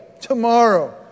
tomorrow